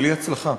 בלי הצלחה.